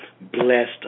blessed